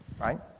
right